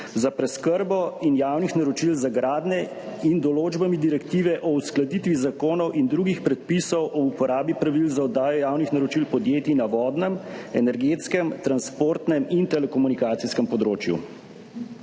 za preskrbo in javnih naročil za gradnje in določbami Direktive o uskladitvi zakonov in drugih predpisov o uporabi pravil za oddajo javnih naročil podjetij na vodnem, energetskem, transportnem in telekomunikacijskem področju.